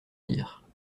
dire